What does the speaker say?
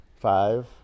Five